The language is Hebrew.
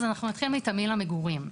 אז אני אתחיל מתמהיל המגורים.